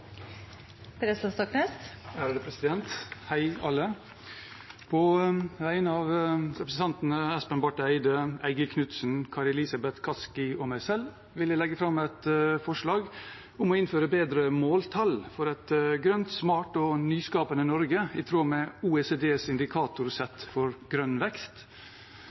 På vegne av representantene Espen Barth Eide, Eigil Knutsen, Kari Elisabeth Kaski og meg selv vil jeg legge fram et forslag om å innføre bedre måltall for et grønt, smart og nyskapende Norge i tråd med OECDs indikatorsett for grønn vekst.